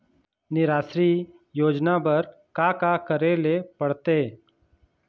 निराश्री योजना बर का का करे ले पड़ते?